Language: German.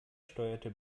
steuerte